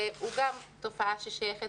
שהוא תופעה ששייכת